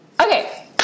Okay